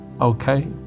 Okay